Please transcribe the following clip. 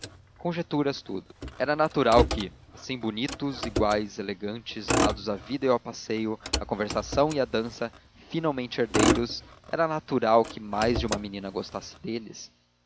conjecturas tudo era natural que assim bonitos iguais elegantes dados à vida e ao passeio à conversação e à dança finalmente herdeiros era natural que mais de uma menina gostasse deles